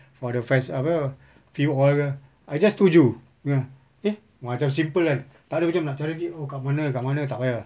for the fes~ apa fuel oil ke I just tuju meh eh macam simple kan tak ada macam nak cari lagi kat mana kat mana tak payah